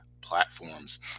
platforms